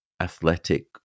athletic